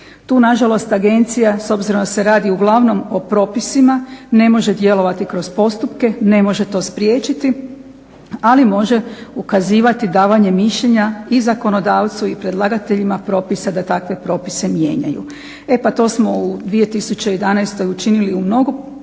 Tu na žalost agencija s obzirom da se radi uglavnom o propisima ne može djelovati kroz postupke, ne može to spriječiti ali može ukazivati davanje mišljenja i zakonodavcu i predlagateljima propisa da takve propise mijenjaju. E pa to smo u 2011. učinili u mnogo